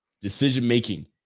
Decision-making